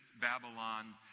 Babylon